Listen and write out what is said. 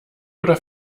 oder